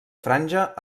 franja